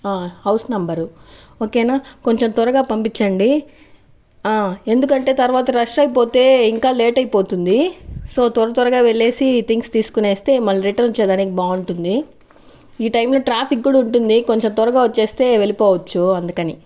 house number ఓకేనా కొంచెం త్వరగా పంపించండి ఎందుకంటే తర్వాత రష్ అయిపోతే ఇంకా లేట్ అయిపోతుంది సో త్వర త్వరగా వెళ్ళేసి థింగ్స్ తీసుకొనేస్తే మళ్ళీ రిటర్న్ వచ్చేదానికి బాగుంటుంది ఈ టైంలో ట్రాఫిక్ కూడా ఉంటుంది కొంచెం త్వరగా వచ్చేస్తే వెళ్ళిపోవచ్చు అందుకని